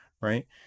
right